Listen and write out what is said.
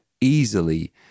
easily